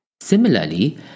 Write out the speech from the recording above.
Similarly